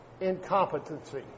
incompetency